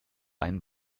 ein